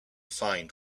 find